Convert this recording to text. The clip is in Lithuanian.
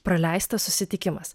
praleistas susitikimas